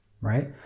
right